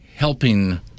helping